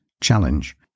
challenge